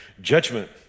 judgment